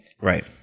Right